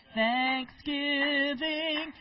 thanksgiving